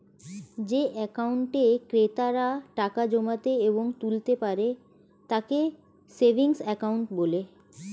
যে অ্যাকাউন্টে ক্রেতারা টাকা জমাতে এবং তুলতে পারে তাকে সেভিংস অ্যাকাউন্ট বলে